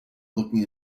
looking